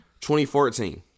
2014